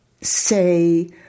say